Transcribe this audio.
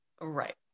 Right